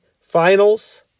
Finals